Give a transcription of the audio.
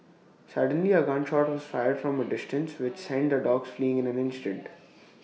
suddenly A gun shot was fired from A distance which sent the dogs fleeing in an instant